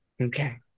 Okay